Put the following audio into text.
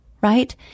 Right